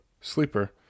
sleeper